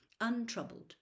untroubled